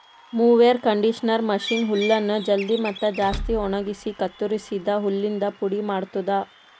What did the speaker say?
mower conditioner machine ಹುಲ್ಲನ್ನು ಜಲ್ದಿ ಮತ್ತ ಜಾಸ್ತಿ ಒಣಗುಸಿ ಕತ್ತುರಸಿದ ಹುಲ್ಲಿಂದ ಪುಡಿ ಮಾಡ್ತುದ